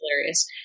hilarious